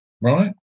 right